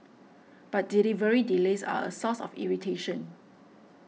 but delivery delays are a source of irritation